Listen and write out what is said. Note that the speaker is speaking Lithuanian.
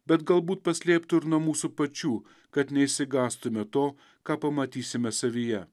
bet galbūt paslėptų ir nuo mūsų pačių kad neišsigąstume to ką pamatysime savyje